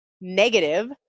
negative